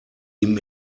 ihm